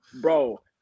bro